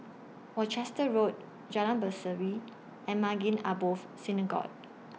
Worcester Road Jalan Berseri and Maghain Aboth Synagogue